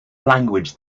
language